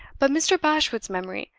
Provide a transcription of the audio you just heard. but mr. bashwood's memory,